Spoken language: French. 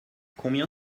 combien